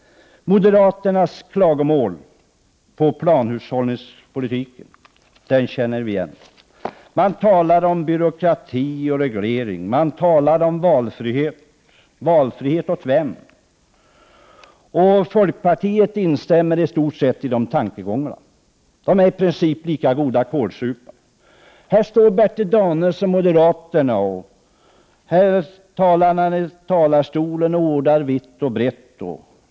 Moderaternas klagomål på planhushållningspolitiken känner vi igen. Man talar om byråkrati och regleringar. Man talar om valfrihet. Valfrihet för vem? Folkpartiet instämmer i stort sett i dessa tankegångar. Moderaterna och folkpartiet är i princip lika goda kålsupare. Här står Bertil Danielsson, moderaternas företrädare, i talarstolen och ordar vitt och brett.